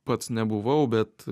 pats nebuvau bet